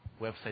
website